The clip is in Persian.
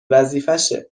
وظیفشه